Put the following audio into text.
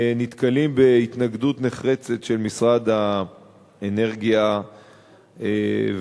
נתקלים בהתנגדות נחרצת של משרד האנרגיה והמים.